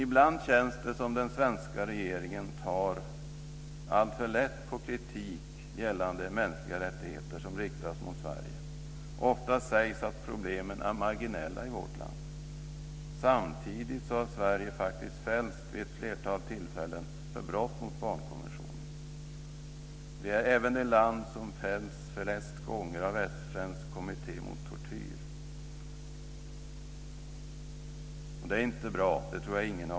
Ibland känns det som att den svenska regeringen tar alltför lätt på kritik gällande mänskliga rättigheter som riktas mot Sverige. Ofta sägs att problemen är marginella i vårt land. Samtidigt har Sverige faktiskt fällts vid ett flertal tillfällen för brott mot barnkonventionen.